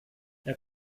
jag